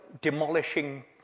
demolishing